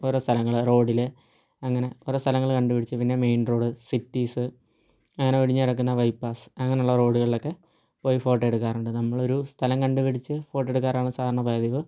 ഓരോ സ്ഥലങ്ങൾ റോഡിൽ അങ്ങനെ കുറെ സ്ഥലങ്ങൾ കണ്ട് പിടിച്ച് പിന്നെ മെയിൻ റോഡ് സിറ്റീസ് അങ്ങനെ ഒഴിഞ്ഞ് കിടക്കുന്ന ബൈപാസ് അങ്ങനെയുള്ള റോഡുകളിൽ ഒക്കെ പോയി ഫോട്ടോ എടുക്കാറുണ്ട് നമ്മൾ ഒരു സ്ഥലം കണ്ടുപിടിച്ച് ഫോട്ടോ എടുക്കാറാണ് സാധാരണ പതിവ്